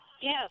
Yes